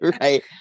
Right